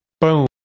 Boom